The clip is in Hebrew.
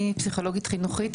אני פסיכולוגית חינוכית,